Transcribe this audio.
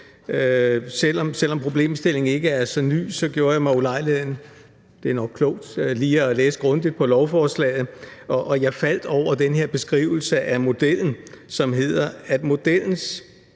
Selv om problemstillingen ikke er så ny, gjorde jeg mig ulejligheden – det er nok klogt – lige at læse grundigt på lovforslaget, og jeg faldt over den her beskrivelse af modellen: »Fremskrivning